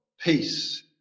peace